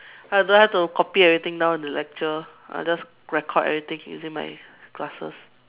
I don't have to copy everything down in the lecture I just record everything using my glasses